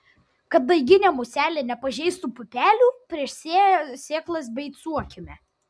kad daiginė muselė nepažeistų pupelių prieš sėją sėklas beicuokime